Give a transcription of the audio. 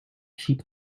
cheap